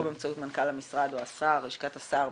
או באמצעות מנכ"ל המשרד או לשכת השר,